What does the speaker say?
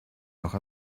noch